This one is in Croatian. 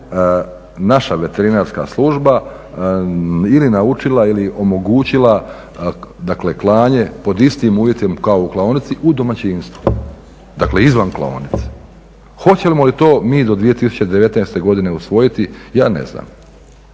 naša veterinarska služba ili naučila ili omogućila dakle klanje pod istim uvjetima kao u klaonici u domaćinstvu. Dakle, izvan klaonice. Hoćemo li to mi do 2019. godine usvojiti? Ja ne znam,